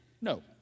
No